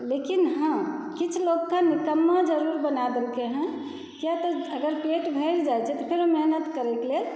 लेकिन हँ किछु लोकके निकम्मा ज़रूर बना देलकै हँ किया तऽ अगर पेट भरि जाइ छै तऽ फेर मेहनत करैके लेल